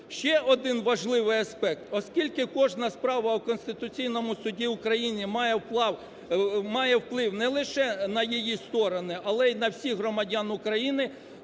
Ще один важливий аспект. Оскільки кожна справа у Конституційному Суді України має вплив не лише на її сторони, але й на всіх громадян України,